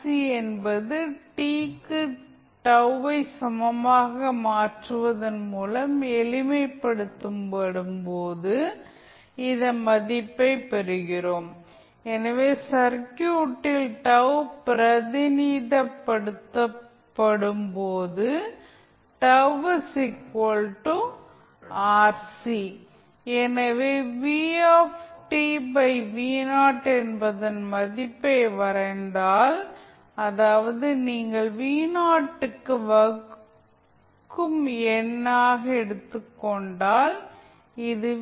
சீ என்பது t க்கு τ ஐ சமமாக மாற்றுவதன் மூலம் எளிமைப்படுத்தும்போது இந்த மதிப்பைப் பெறுகிறோம் எனவே சர்க்யூட்டில் τ பிரதிநிதித்துவப்படுத்தும் போது எனவே என்பதன் மதிப்பை வரைந்தால் அதாவது நீங்கள் வகுக்கும் எண்ணாக எடுத்துக் கொண்டால் இது